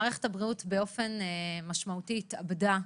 מערכת הבריאות באופן משמעותי "התאבדה",